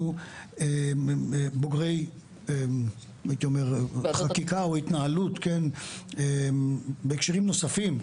אנחנו בוגרי חקיקה או התנהלות בהקשרים נוספים,